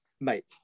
Mate